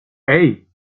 hey